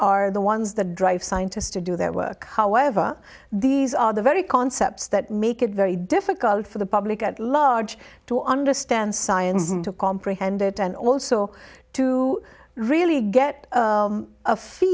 are the ones that drive scientists to do their work however these are the very concepts that make it very difficult for the public at large to understand science to comprehend it and also to really get a fe